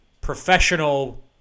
professional